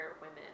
women